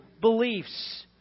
Beliefs